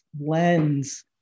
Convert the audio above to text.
lens